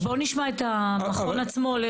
אז בוא נשמע את המכון עצמו.